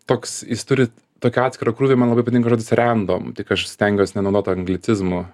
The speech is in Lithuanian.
toks jis turi tokį atskirą krūvį man labai patinka žodis rendom tik aš stengiuos nenaudot anglicizmų